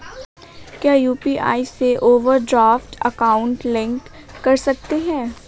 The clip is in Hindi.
क्या यू.पी.आई से ओवरड्राफ्ट अकाउंट लिंक कर सकते हैं?